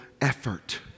effort